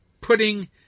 putting